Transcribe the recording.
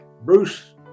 Bruce